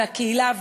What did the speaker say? והקהילה,